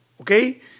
okay